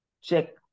Check